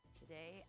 today